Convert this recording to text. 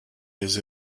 les